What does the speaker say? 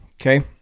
Okay